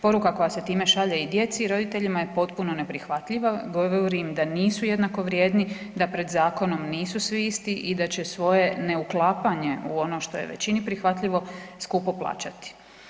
Poruka koja se time šalje i djeci i roditeljima je potpuno neprihvatljiva, govorim da nisu jednako vrijedni, da pred zakonom nisu svi isti i da će svoje neuklapanje u ono što je većini prihvatljivo skupo plaćati.